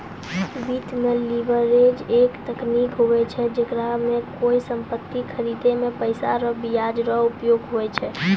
वित्त मे लीवरेज एक तकनीक हुवै छै जेकरा मे कोय सम्पति खरीदे मे पैसा रो ब्याज रो उपयोग हुवै छै